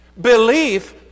Belief